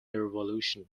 revolution